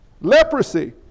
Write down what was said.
Leprosy